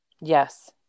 Yes